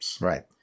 Right